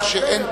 שאין תכנון.